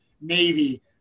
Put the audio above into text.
Navy